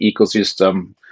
ecosystem